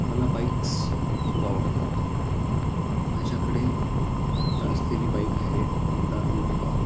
मला बाईक्स खूप आवडतात माझ्याकडे आत्ता असलेली बाईक आहे होंडा युनिकॉर्न